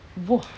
!wah!